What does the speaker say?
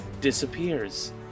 disappears